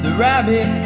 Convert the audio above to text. rabbit